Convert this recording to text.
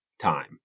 time